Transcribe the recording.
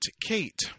Kate